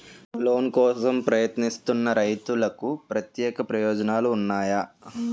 Loan కోసం ప్రయత్నిస్తున్న రైతులకు ప్రత్యేక ప్రయోజనాలు ఉన్నాయా?